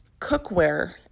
cookware